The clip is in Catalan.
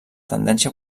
tendència